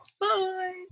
Bye